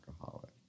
alcoholic